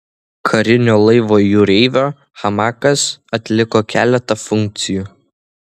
karinio laivo jūreivio hamakas atliko keletą funkcijų